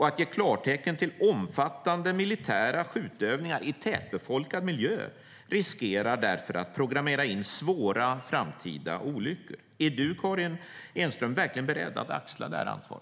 Att ge klartecken till omfattande militära skjutövningar i en tätbefolkad miljö riskerar därför att programmera in svåra framtida olyckor. Är du, Karin Enström, verkligen beredd att axla detta ansvar?